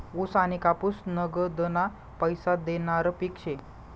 ऊस आनी कापूस नगदना पैसा देनारं पिक शे